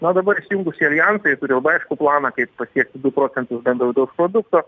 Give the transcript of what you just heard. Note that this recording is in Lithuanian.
na o dabar įsijungus į aljansą ji turi aiškų planą kaip pasiekt du procentus bendro vidaus produkto